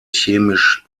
chemisch